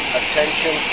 attention